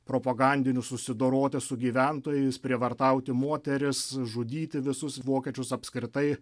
propagandinius susidoroti su gyventojais prievartauti moteris žudyti visus vokiečius apskritai